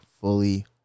fully